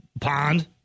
pond